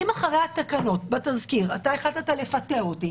אם אחרי התקנות והתזכיר אתה החלטת לפטר אותי,